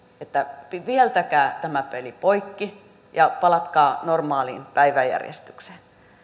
että viheltäkää tämä peli poikki ja palatkaa normaaliin päiväjärjestykseen